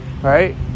Right